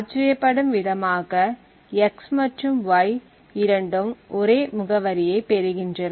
ஆச்சரியப்படும் விதமாக x மற்றும் y இரண்டும் ஒரே முகவரியைப் பெறுகின்றன